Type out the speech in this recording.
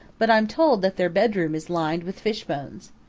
but i'm told that their bedroom is lined with fish bones.